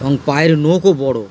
এবং পায়ের নখও বড়ো